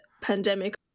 pandemic